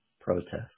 protests